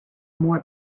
more